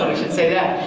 should say that.